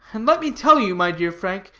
and let me tell you, my dear frank,